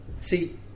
see